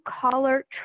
collar